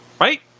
Right